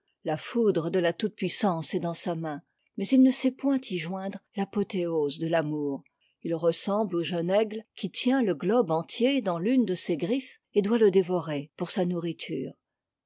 la foudre de la toute-puissance est dans sa main mais il ne sait point y joindre l'apothéose de l'amour h ressemble au jeune aigle qui tient le globe entier dans l'une de ses griffes et doit le dévorer pour sa nourriture